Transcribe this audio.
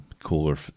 cooler